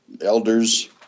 elders